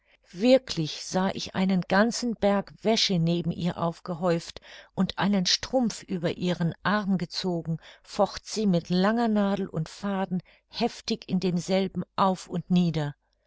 wirklich sah ich einen ganzen berg wäsche neben ihr aufgehäuft und einen strumpf über ihren arm gezogen focht sie mit langer nadel und faden heftig in demselben auf und nieder